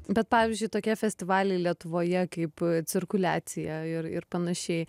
bet pavyzdžiui tokie festivaliai lietuvoje kaip cirkuliacija ir ir panašiai